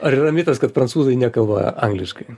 ar yra mitas kad prancūzai nekalba angliškai